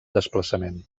desplaçament